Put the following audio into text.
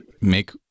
make